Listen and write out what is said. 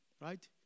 Right